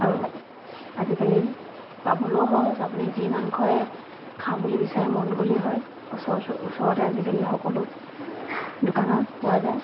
আৰু আজিকালি পাবলৈও সহজ আপুনি যি মাংসই খাওঁ বুলি বিচাৰে মন গ'লেই হয় ওচৰতে সকলো দোকানত পোৱা যায়